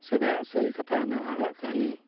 ᱥᱮᱫᱟᱭᱟᱜ ᱥᱟᱹᱨᱤ ᱠᱟᱛᱷᱟ ᱱᱟᱦᱟᱜᱼᱟᱜ ᱠᱟᱹᱦᱱᱤ